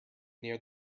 near